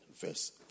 verse